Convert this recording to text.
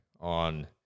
on